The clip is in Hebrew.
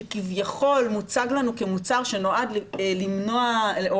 שכביכול מוצג לנו כמוצר שנועד למנוע או